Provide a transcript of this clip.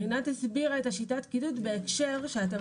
רינת הסבירה את שיטת הקידוד בהקשר שאתם